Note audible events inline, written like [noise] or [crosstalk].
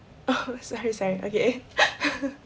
oh sorry sorry okay [laughs]